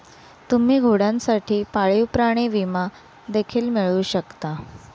तुम्ही घोड्यांसाठी पाळीव प्राणी विमा देखील मिळवू शकता